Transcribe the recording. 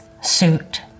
suit